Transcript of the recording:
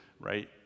right